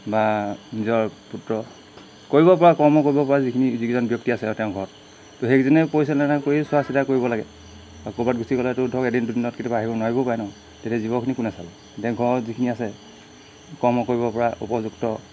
বা নিজৰ পুত্ৰ কৰিব পৰা কৰ্ম কৰিব পৰা যিখিনি যিকেইজন ব্যক্তি আছে আৰু তেওঁ ঘৰত তো সেইকেজনেই পৰিচালনা কৰি চোৱাচিতা কৰিব লাগে আৰু ক'ৰবাত গুচি গ'লেতো ধৰক এদিন দুদিনত কেতিয়াবা আহিব নোৱাৰিবও পাৰে ন তেতিয়া জীৱখিনি কোনে চাব এতিয়া ঘৰৰ যিখিনি আছে কৰ্ম কৰিব পৰা উপযুক্ত